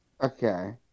Okay